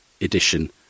edition